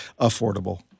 affordable